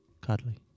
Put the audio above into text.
Cuddly